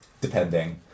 depending